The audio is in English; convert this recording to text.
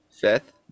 Fifth